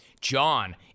John